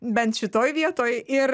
bent šitoj vietoj ir